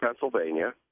Pennsylvania